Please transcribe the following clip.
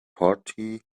party